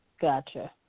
Gotcha